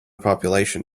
population